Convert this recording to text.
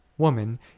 woman